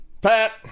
Pat